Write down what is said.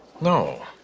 No